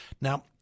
now